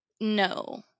No